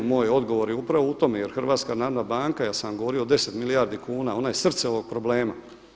Moj je odgovor je upravo u tome jer Hrvatska narodna banka, ja sam govorio o 10 milijardi kuna, ona je srce ovog problema.